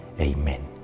Amen